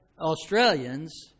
Australians